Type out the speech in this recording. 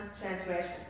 transgression